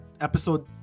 episode